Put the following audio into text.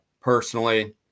personally